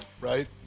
Right